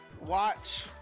watch